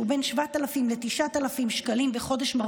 המרוויח בין 7,000 ל-9,000 שקלים בחודש,